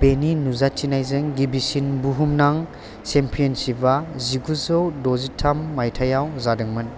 बेनि नुजाथिनायजों गिबिसिन बुहुमनां चेम्पियनशिपा जिगु जौ द'जिथाम मायथायाव जादोंमोन